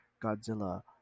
Godzilla